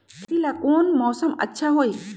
खेती ला कौन मौसम अच्छा होई?